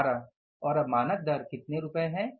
12 और अब मानक दर कितने रुपये थी